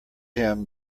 him